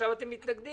עכשיו אתם מתנגדים,